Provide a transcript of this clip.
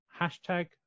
Hashtag